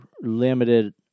limited